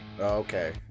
Okay